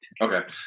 Okay